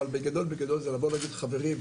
אבל בגדול זה להגיד חברים,